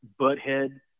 butthead